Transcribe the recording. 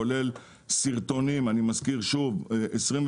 כולל סרטונים אני מזכיר שוב 26